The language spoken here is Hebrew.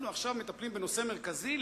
אנחנו עכשיו מטפלים בנושא מרכזי,